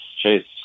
Chase